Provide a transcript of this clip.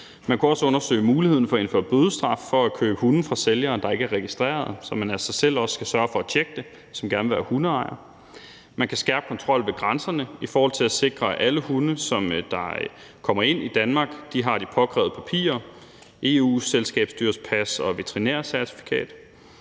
Vi kunne også undersøge muligheden for at indføre bødestraf for at købe hunde af sælgere, der ikke er registrerede, så man altså også selv skal sørge for at tjekke det, hvis man gerne vil være hundeejer. Vi kan skærpe kontrollen ved grænserne i forhold til at sikre, at alle hunde, der kommer ind i Danmark, har de påkrævede papirer, altså EU's selskabsdyrspas og veterinærcertifikat.